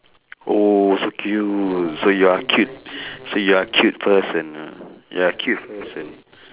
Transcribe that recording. oh so cute so you are cute so you are cute person !huh! you are cute person